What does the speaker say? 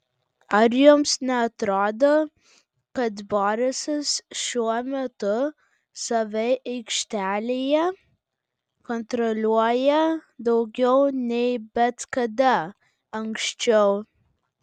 ar jums neatrodo kad borisas šiuo metu save aikštelėje kontroliuoja daugiau nei bet kada anksčiau